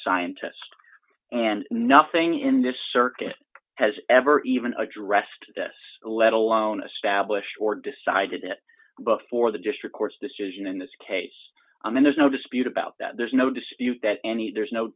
scientist and nothing in this circuit has ever even addressed this let alone a stablish or decided it before the district court's decision in this case i mean there's no dispute about that there's no dispute that any there's no